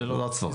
זה לא הצורך.